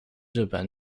日本